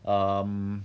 um